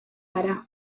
gara